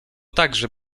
także